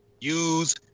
use